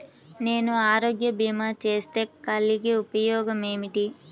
నేను ఆరోగ్య భీమా చేస్తే కలిగే ఉపయోగమేమిటీ?